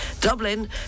Dublin